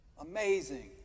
Amazing